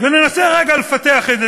וננסה רגע לפתח את זה,